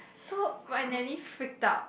so my nanny freaked out